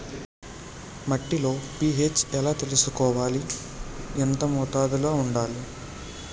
మట్టిలో పీ.హెచ్ ఎలా తెలుసుకోవాలి? ఎంత మోతాదులో వుండాలి?